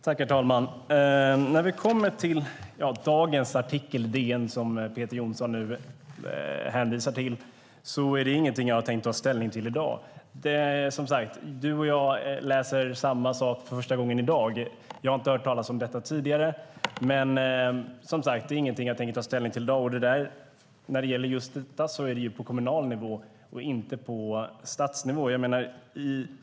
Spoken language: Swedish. Herr talman! Dagens artikel i DN som Peter Johnsson nu hänvisar till är inte någonting som jag tänker ta ställning till i dag. Du och jag läste som sagt samma sak för första gången i dag. Jag har inte hört talas om detta tidigare. Det är alltså inte något som jag tänker ta ställning till i dag. Detta är också något som är på kommunal nivå och inte på statsnivå.